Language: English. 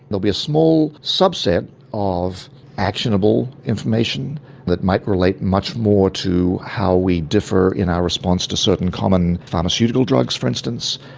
there'll be a small subset of actionable information that might relate much more to how we differ in our response to certain common pharmaceutical drugs, for instance,